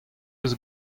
eus